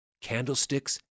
candlesticks